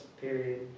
Period